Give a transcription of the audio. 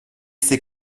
c’est